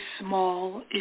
small